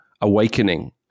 awakening